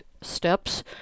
steps